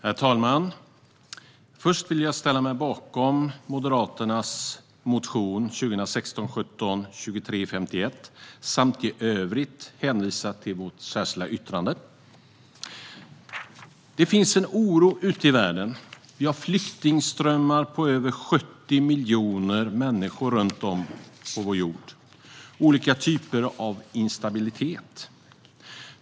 Herr talman! Först vill jag ställa mig bakom Moderaternas motion 2016/17:2351 samt i övrigt hänvisa till vårt särskilda yttrande. Det finns en oro ute i världen. Vi har flyktingströmmar på över 70 miljoner människor runt om på vår jord och olika typer av instabilitet.